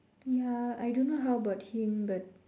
ya I don't know how about him but